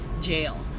jail